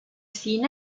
seen